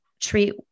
treat